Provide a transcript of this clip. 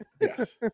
Yes